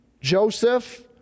Joseph